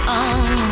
on